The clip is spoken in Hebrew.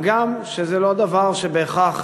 הגם שזה לא דבר שבהכרח